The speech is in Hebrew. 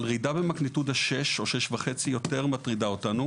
אבל רעידה במגניטודה 6 או 6.5 יותר מטרידה אותנו.